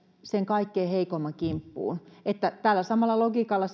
sen kaikkein heikoimman kimppuun tällä samalla logiikalla